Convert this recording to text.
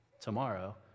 tomorrow